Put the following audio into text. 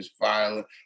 Violent